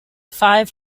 five